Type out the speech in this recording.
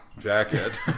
Jacket